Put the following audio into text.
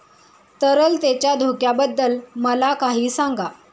तरलतेच्या धोक्याबद्दल मला काही सांगा